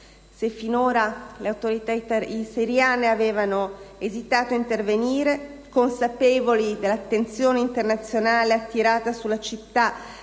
Se finora le autorità siriane avevano esitato ad intervenire, consapevoli dell'attenzione internazionale attirata sulla città